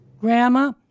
Grandma